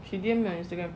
she didn't mean my Instagram